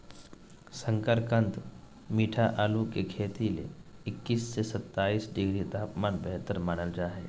शकरकंद मीठा आलू के खेती ले इक्कीस से सत्ताईस डिग्री तापमान बेहतर मानल जा हय